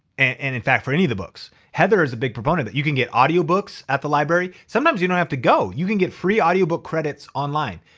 and in fact for any of the books. heather is a big proponent that you can get audio books at the library. sometimes you don't have to go, you can get free audio book credits online.